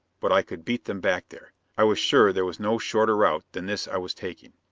but i could beat them back there i was sure there was no shorter route than this i was taking.